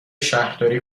شهرداری